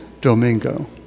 Domingo